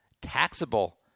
taxable